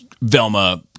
Velma